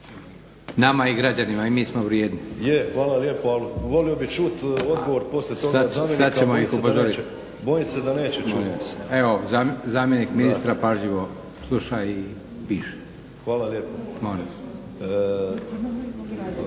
Nama i građanima. I mi smo vrijedni./ … Je, hvala lijepo ali volio bih čuti odgovor poslije toga zamjenika a bojim se da neće čuti. … /Upadica: Evo zamjenik ministra pažljivo sluša i piše./ … Hvala lijepo.